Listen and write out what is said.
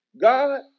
God